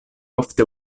ofte